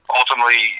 ultimately